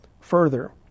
further